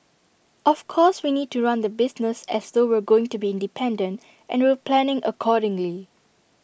of course we need to run the business as though we're going to be independent and we're planning accordingly